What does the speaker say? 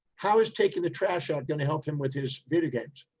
how is taking the trash out, going to help him with his video games